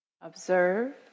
Observe